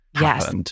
yes